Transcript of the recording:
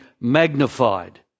magnified